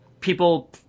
people